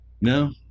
No